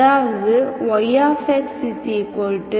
அதாவது yx ux